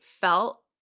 felt